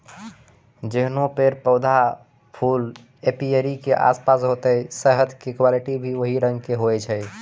जैहनो पेड़, पौधा, फूल एपीयरी के आसपास होतै शहद के क्वालिटी भी वही रंग होय छै